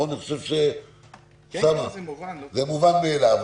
אני חושב שזה מובן מאליו.